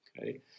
okay